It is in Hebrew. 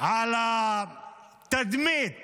על התדמית